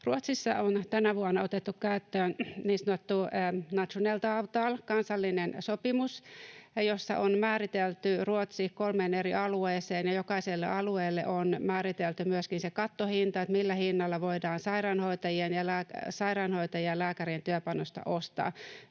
Ruotsissa on tänä vuonna otettu käyttöön niin sanottu nationellt avtal, kansallinen sopimus, jossa on määritelty Ruotsi kolmeen eri alueeseen ja jokaiselle alueelle on määritelty myöskin kattohinta, millä hinnalla voidaan sairaanhoitajien ja lääkärien työpanosta ostaa.